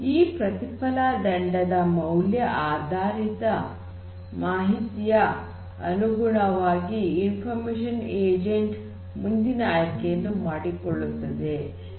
ಈ ಪ್ರತಿಫಲ ದಂಡದ ಮೌಲ್ಯ ಆಧಾರಿತ ಮಾಹಿತಿಯ ಅನುಗುಣವಾಗಿ ಇನ್ಫಾರ್ಮಶನ್ ಏಜೆಂಟ್ ಮುಂದಿನ ಆಯ್ಕೆಯನ್ನು ಮಾಡಿಕೊಳ್ಳುತ್ತದೆ